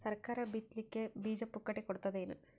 ಸರಕಾರ ಬಿತ್ ಲಿಕ್ಕೆ ಬೀಜ ಪುಕ್ಕಟೆ ಕೊಡತದೇನು?